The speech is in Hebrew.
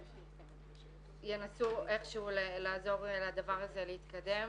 שינסו איכשהו לעזור לדבר הזה להתקדם.